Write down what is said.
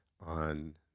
on